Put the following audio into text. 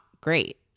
great